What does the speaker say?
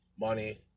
money